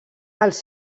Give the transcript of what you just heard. els